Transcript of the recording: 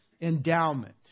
endowment